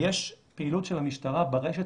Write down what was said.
ויש פעילות של המשטרה ברשת